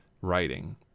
writing